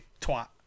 twat